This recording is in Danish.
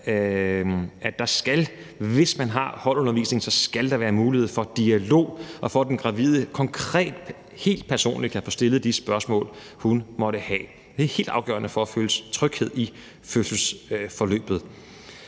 at der skal, hvis man har holdundervisning, være en mulighed for dialog og for, at den gravide konkret helt personligt kan få stillet de spørgsmål, hun måtte have. Det er helt afgørende for at føle tryghed i fødselsforløbet.